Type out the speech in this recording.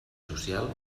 social